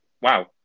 Wow